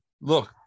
look